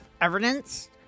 evidence